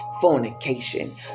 fornication